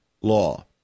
law